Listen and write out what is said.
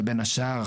ובין השאר,